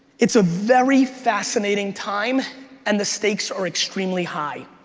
it's a very fascinating time and the stakes are extremely high.